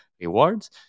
rewards